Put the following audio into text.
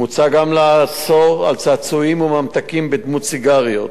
מוצע גם לאסור צעצועים וממתקים בדמות סיגריות.